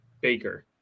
Baker